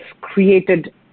created